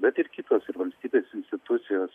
bet ir kitos ir valstybės institucijos